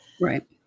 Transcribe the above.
Right